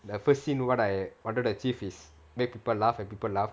the first scene what I wanted to achieve is make people laugh and people laughed